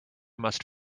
must